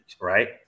right